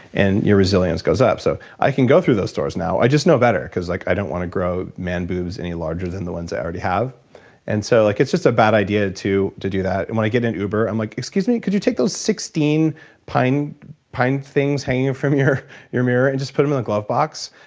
and you're resilience goes up. so i can go through those stores now. i just know better, cause like i don't want to grow man-boobs any larger than the ones i already have and so like it's just a bad idea to to do that. and when i get an uber i'm like, excuse me, could you take those sixteen pine pine things hanging from your your mirror and just put them in the glove box?